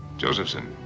josephson,